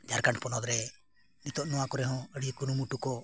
ᱡᱷᱟᱲᱠᱷᱚᱸᱰ ᱯᱚᱱᱚᱛᱨᱮ ᱱᱤᱛᱚᱜ ᱱᱚᱣᱟ ᱠᱚᱨᱮ ᱦᱚᱸ ᱟᱹᱰᱤ ᱠᱩᱨᱩᱢᱩᱴᱩ ᱠᱚ